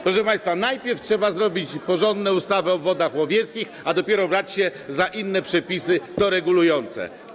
Proszę państwa, najpierw trzeba zrobić porządne ustawy o obwodach łowieckich, a dopiero brać się za inne przepisy to regulujące.